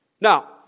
Now